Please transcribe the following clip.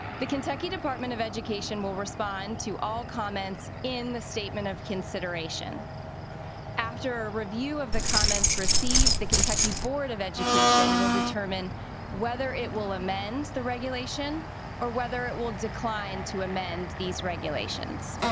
the kentucky department of education will respond to all comments in the statement of consideration after a review of the comments received the kentucky board of education will determine whether it will amend the regulation or whether it will decline to amend these regulations